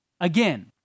Again